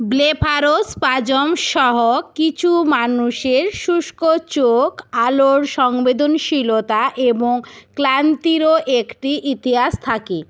blepharospasm সহ কিছু মানুষের শুষ্ক চোখ আলোর সংবেদনশীলতা এবং ক্লান্তিরও একটি ইতিহাস থাকে